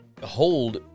hold